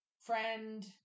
friend